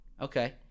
Okay